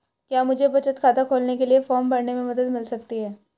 क्या मुझे बचत खाता खोलने के लिए फॉर्म भरने में मदद मिल सकती है?